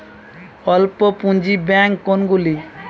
অল্প পুঁজি ব্যাঙ্ক কোনগুলি?